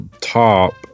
top